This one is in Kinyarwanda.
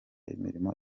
imirimo